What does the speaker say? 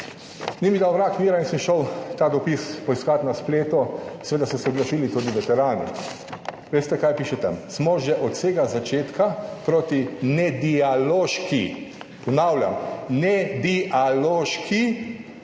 Ni mi dal vrag miru in sem šel ta dopis poiskat na spletu. Seveda so se oglasili tudi veterani. Veste, kaj piše tam? »Smo že od vsega začetka proti nedialoški,« ponavljam, »nedialoški